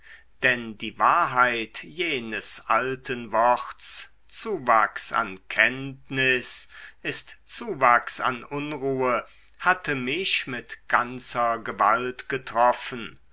denn die wahrheit jenes alten worts zuwachs an kenntnis ist zuwachs an unruhe hatte mich mit ganzer gewalt getroffen